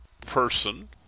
person